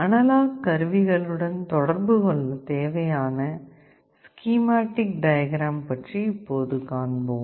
analogue கருவிகளுடன் தொடர்பு கொள்ள தேவையான ஸ்கீமாட்டிக் டயக்ராம் இப்போது காண்போம்